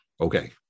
okay